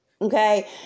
okay